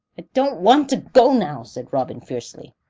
i don't want to go now, said robin fiercely.